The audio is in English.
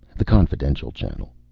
the confidential channel.